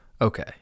Okay